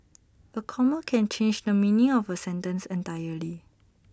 A comma can change the meaning of A sentence entirely